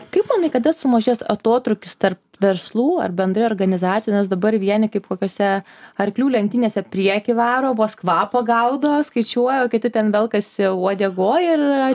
kaip manai kada sumažės atotrūkis tarp verslų ar bendrai organizacijų nes dabar vieni kaip kokiose arklių lenktynėse priekį varo vos kvapą gaudo skaičiuoja o kiti ten velkasi uodegoj ir